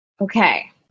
Okay